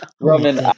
Roman